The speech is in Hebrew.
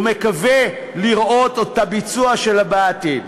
ומקווה לראות את הביצוע שלה בעתיד.